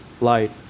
light